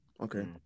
Okay